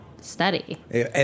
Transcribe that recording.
study